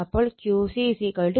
അപ്പോൾ Qc 41